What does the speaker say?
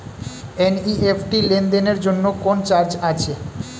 NEFT লেনদেনের জন্য কোন চার্জ আছে?